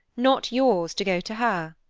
not yours to go to her.